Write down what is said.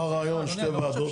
מה הרעיון שתי ועדות?